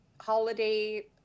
holiday